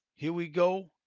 here we go.